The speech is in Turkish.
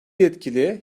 yetkili